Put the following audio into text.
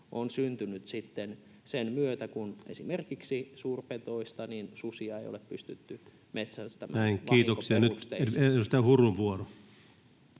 on syntynyt sen myötä, kun esimerkiksi suurpedoista susia ei ole pystytty metsästämään vahinkoperusteisesti.